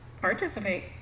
Participate